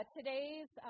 today's